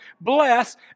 bless